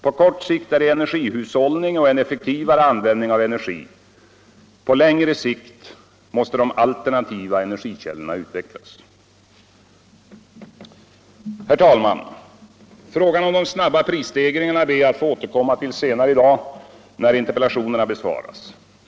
På kort sikt är det energihushållning och en effektivare användning av energi, på längre sikt måste de alternativa energikällorna utvecklas. Herr talman! Frågan om de snabba prisstegringarna ber jag att få återkomma till senare i dag när interpellationerna besvaras.